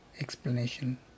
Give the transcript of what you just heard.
explanation